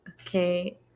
Okay